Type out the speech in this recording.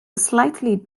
slightly